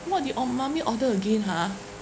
what did or~ mummy order again ha